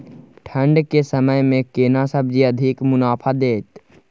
ठंढ के समय मे केना सब्जी अधिक मुनाफा दैत?